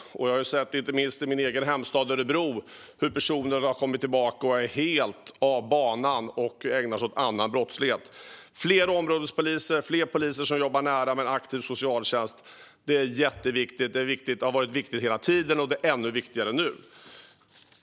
Jag har sett, inte minst i min hemstad Örebro, hur personer som kommit tillbaka är helt av banan och ägnar sig åt annan brottslighet. Fler områdespoliser, fler poliser som jobbar i nära samarbete med en aktiv socialtjänst, är jätteviktigt. Det har varit viktigt hela tiden, och det är ännu viktigare nu.